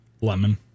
Lemon